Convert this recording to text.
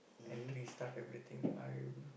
and restart everything I w~